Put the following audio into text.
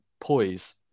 poise